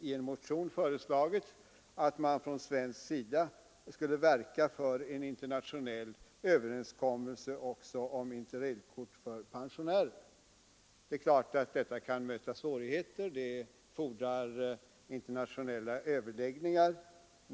I en motion har det föreslagits att vi från svensk sida skall verka för en internationell överenskommelse om Inter-Rail-kort också för pensionärer. Det är klart att detta kan möta svårigheter: Det fordrar internationella överläggningar.